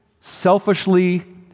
selfishly